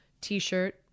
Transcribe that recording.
t-shirt